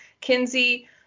Kinsey